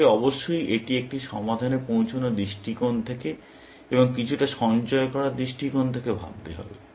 আপনাকে অবশ্যই এটি একটি সমাধানে পৌঁছানোর দৃষ্টিকোণ থেকে এবং কিছুটা সঞ্চয় করার দৃষ্টিকোণ থেকে ভাবতে হবে